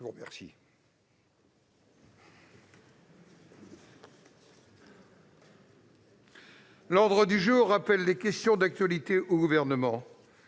de vous remercier,